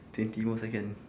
twenty more second